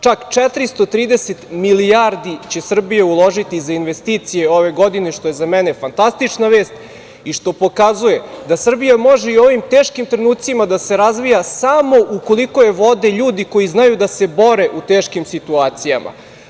Čak 430 milijardi će Srbija uložiti za investicije ove godine, što je za mene fantastična vest i što pokazuje da Srbija može i u ovim teškim trenucima da se razvija samo ukoliko je vode ljudi koji znaju da se bore u teškim situacijama.